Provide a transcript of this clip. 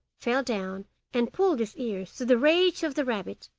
fell down and pulled his ears, to the rage of the rabbit,